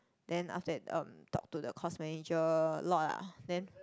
then after that um talk to course manager a lot ah then